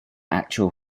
actual